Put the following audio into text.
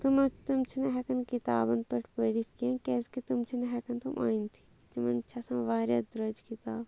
تِمن تِم چھِنہٕ ہٮ۪کَان کِتابَن پٮ۪ٹھ پٔڑِتھ کیٚنٛہہ کیٛازِکہِ تٕم چھِنہٕ ہٮ۪کَان تِم أنۍ تھی تِمَن چھِ آسان واریاہ درٛوجہِ کِتاب